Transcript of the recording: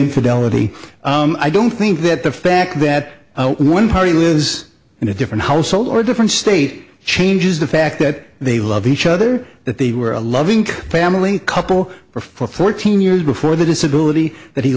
infidelity i don't think that the fact that one party lives in a different household or different state changes the fact that they love each other that they were a loving family couple for fourteen years before the disability that he